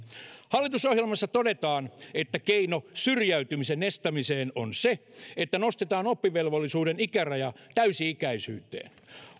hallitusohjelmassa todetaan että keino syrjäytymisen estämiseen on se että nostetaan oppivelvollisuuden ikäraja täysi ikäisyyteen